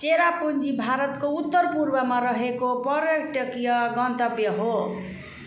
चेरापुन्जी भारतको उत्तर पूर्वमा रहेको पर्यटकीय गन्तव्य हो